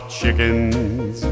chickens